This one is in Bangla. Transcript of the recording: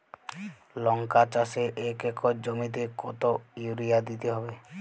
লংকা চাষে এক একর জমিতে কতো ইউরিয়া দিতে হবে?